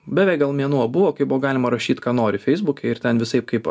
beveik gal mėnuo buvo kai buvo galima rašyt ką nori feisbuke ir ten visaip kaip